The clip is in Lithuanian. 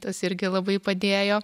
tas irgi labai padėjo